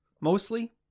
Mostly